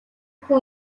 хүн